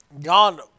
God